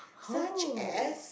such as